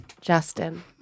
Justin